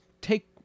take